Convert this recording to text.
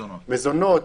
מזונות,